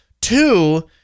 two